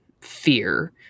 fear